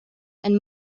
and